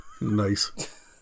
Nice